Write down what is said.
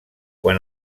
quan